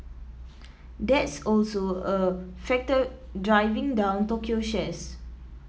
that's also a factor driving down Tokyo shares